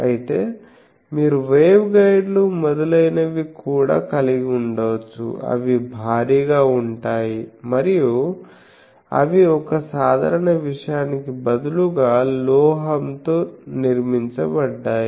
అయితే మీరు వేవ్గైడ్లు మొదలైనవి కూడా కలిగి ఉండవచ్చు అవి భారీగా ఉంటాయి మరియు అవి ఒక సాధారణ విషయానికి బదులుగా లోహ తో నిర్మించబడ్డాయి